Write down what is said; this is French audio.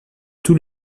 tous